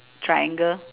triangle